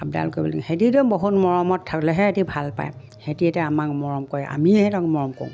আপডাল কৰিব লা সিহঁতেটো বহুত মৰমত থ'লেহে সিহঁতে ভাল পায় সিহঁতে এতিয়া আমাক মৰম কৰে আমি সিহঁতক মৰম কৰো